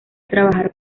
trabajar